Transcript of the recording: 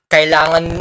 Kailangan